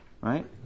right